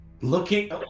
Looking